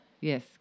Yes